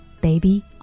Baby